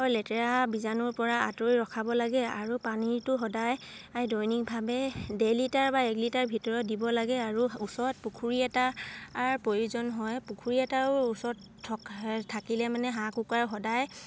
লেতেৰা বীজাণুৰপৰা আঁতৰি ৰখাব লাগে আৰু পানীৰটো সদায় দৈনিকভাৱে ডেৰ লিটাৰ বা এক লিটাৰ ভিতৰত দিব লাগে আৰু ওচৰত পুখুৰী এটাৰ প্ৰয়োজন হয় পুখুৰী এটাও ওচৰত থাকিলে মানে হাঁহ কুকুৰাৰ সদায়